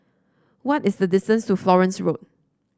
what is the distance to Florence Road